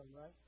right